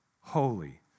holy